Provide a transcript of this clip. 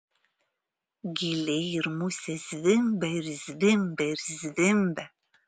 gyliai ir musės zvimbia ir zvimbia ir zvimbia